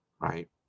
right